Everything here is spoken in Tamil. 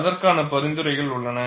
அதற்கான பரிந்துரைகள் உள்ளன